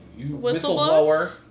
whistleblower